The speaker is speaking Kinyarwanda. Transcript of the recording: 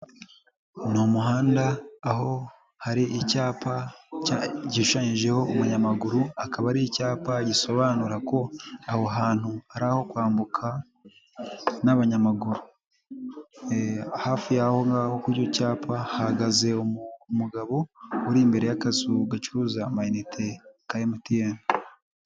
Ni umuhanda aho hari icyapa gishushanyijeho umunyamaguru, akaba ari icyapa gisobanura ko aho hantu ari aho kwambuka n'abanyamaguru, hafi y'aho ngaho kuri icyo cyapa hahagaze umugabo uri imbere y'akazu gacuruza amayinite ka MTN.